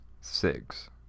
six